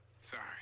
Sorry